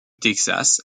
texas